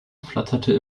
flatterte